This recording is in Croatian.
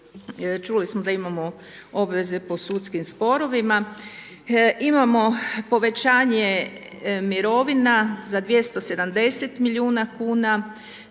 Čuli smo da imamo obveze po sudskim sporovima, imamo povećanje mirovina za 27 milijuna kuna,